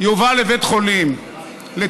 היא הובאה לבית חולים לטיפול.